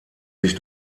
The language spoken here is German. sich